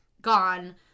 gone